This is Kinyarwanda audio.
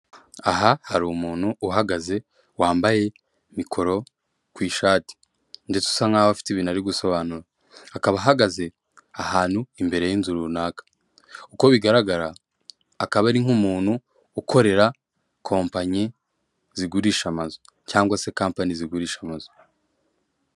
Aha hari umuntu uhagaze wambaye mikoro ku ishati ndetse usa nkaho afite ibintu ari gusobanura, akaba ahagaze ahantu imbere y'inzu runaka. Uko bigaragara akaba ari nk'umuntu ukorera kompanyi zigurisha amazu cyangwa se company zigurisha amazu.